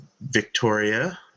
Victoria